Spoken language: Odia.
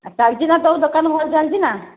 ଚାଲିଛି ନା ତୋ ଦୋକାନ ଭଲ ଚାଲିଛି ନା